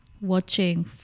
watching